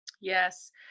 Yes